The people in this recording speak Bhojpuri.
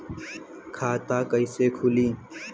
खाता कईसे खुली?